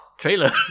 Trailer